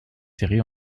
série